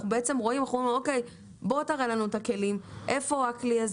אנחנו מבקשים מאיתנו להראות לנו את הכלים אין.